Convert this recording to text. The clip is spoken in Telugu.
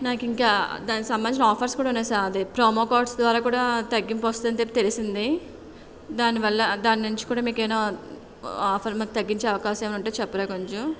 నాకు ఇంకా దానికి సంబంధించిన ఆఫర్స్ కూడా ఉన్నాయి సార్ అదే ప్రోమో కోడ్స్ ద్వారా కూడా తగ్గింపు వస్తుందని చెప్పి తెలిసింది దాని వల్ల దాని నుంచి కూడా మీకు ఏమైనా ఆఫర్ మాకు తగ్గించే అవకాశం ఏమైనా ఉంటే చెప్పరా కొంచెం